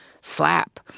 Slap